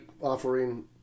offering